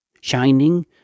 shining